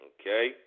Okay